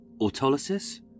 autolysis